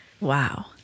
Wow